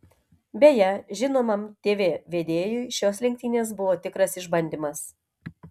beje žinomam tv vedėjui šios lenktynės buvo tikras išbandymas